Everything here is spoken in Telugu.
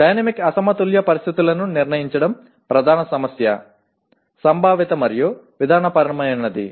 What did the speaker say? డైనమిక్ అసమతుల్య పరిస్థితులను నిర్ణయించడం ప్రధాన సమస్య సంభావిత మరియు విధానపరమైనది